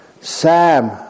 Sam